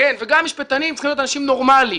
וגם משפטנים צריכים להיות אנשים נורמליים